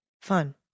fun